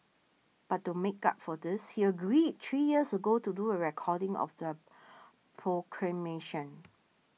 but to make up for this he agreed three years ago to do a recording of the proclamation